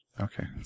Okay